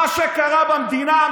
מה שקרה במדינה,